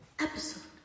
episode